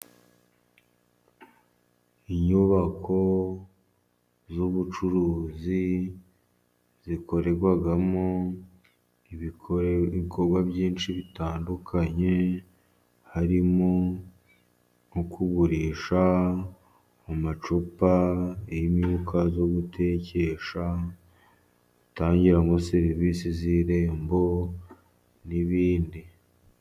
Inyubako z'ubucuruzi, zikorerwamo ibikorwa byinshi bitandukanye, harimo nko kugurisha amacupa yimyuka yo gutekesha, gutangiramo serivisi z'irembo, n'ibindi.